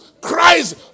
Christ